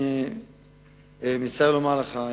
אני מצטער לומר לך,